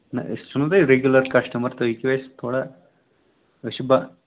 نہ أسۍ چھُو نہ تۄہہِ ریٚگیوٗلر کَسٹٕمَر تُہۍ ہیٚکِو اَسہِ تھوڑا أسۍ چھِ بہ